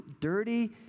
dirty